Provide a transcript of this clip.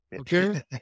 Okay